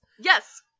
yes